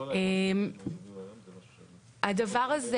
הדבר הזה